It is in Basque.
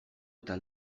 eta